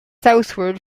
southward